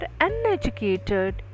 uneducated